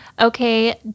Okay